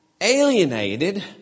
Alienated